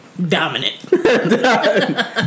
Dominant